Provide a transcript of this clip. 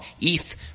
ETH